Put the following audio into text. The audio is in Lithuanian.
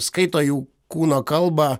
skaito jų kūno kalbą